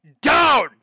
down